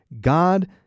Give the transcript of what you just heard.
God